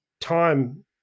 time